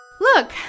Look